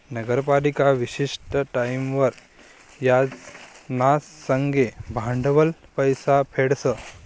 नगरपालिका विशिष्ट टाईमवर याज ना संगे भांडवलनं पैसा फेडस